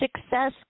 Success